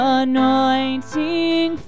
anointing